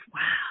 Wow